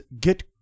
get